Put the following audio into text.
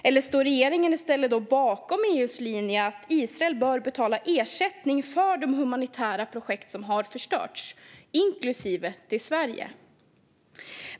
Eller står regeringen i stället bakom EU:s linje att Israel bör betala ersättning för de humanitära projekt som har förstörts till EU:s länder, inklusive Sverige?